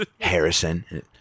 harrison